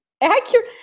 Accurate